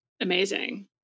Amazing